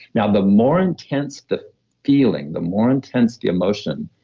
now, the more intense the feeling, the more intense the emotion,